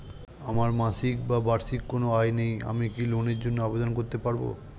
আমার মাসিক বা বার্ষিক কোন আয় নেই আমি কি লোনের জন্য আবেদন করতে পারব?